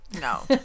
no